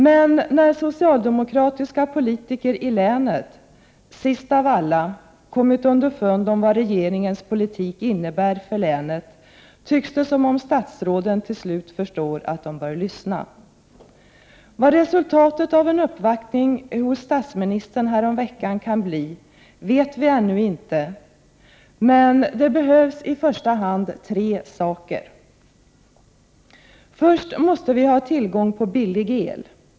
Men när socialdemokratiska politiker i länet — sist av alla — kommit underfund med vad regeringens politik innebär för länet, tycks det som om statsråden till slut förstår att de bör lyssna. Vad resultaten av en uppvaktning hos statsministern häromveckan kan bli vet vi ännu inte, men det behövs i första hand tre saker. För det första måste vi ha tillgång till billig el.